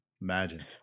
imagine